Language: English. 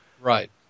Right